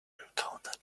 encountered